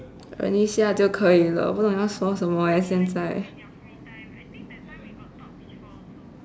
忍一下就可以了不懂要说什么 leh 现在